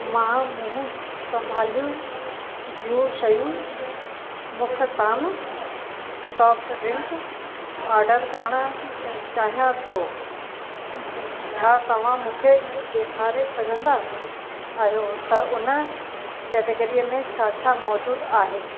मां मुंहुं संभालियू जूं शयूं मुख ताम सॉफ्ट ड्रिंक ऑर्डर करणु चाहियां थो छा तव्हां मूंखे ॾेखारे सघंदा आहियो त उन कैटेगरीअ में छा छा मौजूदु आहे